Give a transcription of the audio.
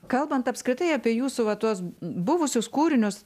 kalbant apskritai apie jūsų va tuos buvusius kūrinius